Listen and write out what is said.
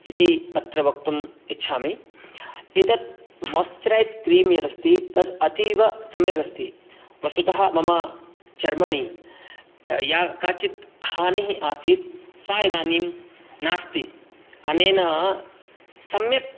इति अत्र वक्तुम् इच्छामि एतद् मोस्चरैज् क्रीम् यद् अस्ति तद् अतीवसम्यक् अस्ति वस्तुतः मम चर्मणि या काचित् हानिः आसीत् सा इदानीं नास्ति अनेन सम्यक्